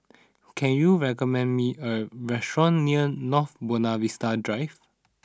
can you recommend me a restaurant near North Buona Vista Drive